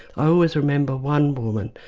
i always remember one woman,